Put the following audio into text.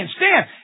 stand